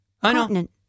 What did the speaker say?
continent